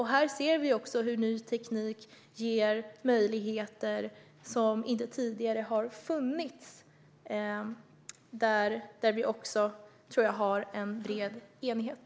Här ser vi också hur ny teknik ger möjligheter som tidigare inte har funnits. Om detta tror jag att vi har en bred enighet.